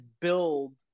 build